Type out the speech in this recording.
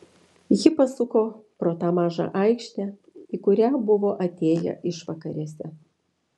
ji pasuko pro tą mažą aikštę į kurią buvo atėję išvakarėse